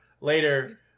later